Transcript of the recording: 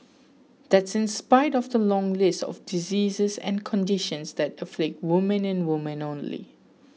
that's in spite of the long list of diseases and conditions that afflict women and women only